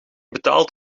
betaald